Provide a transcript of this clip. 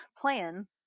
plan